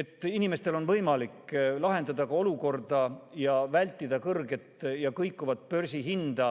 et inimestel on võimalik lahendada ka olukorda ja vältida kõrget ja kõikuvat börsihinda,